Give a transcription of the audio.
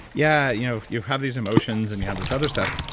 yeah, you know you have these emotions and you have those other stuff.